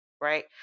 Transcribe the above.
right